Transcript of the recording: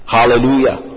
Hallelujah